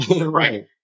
right